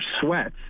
sweats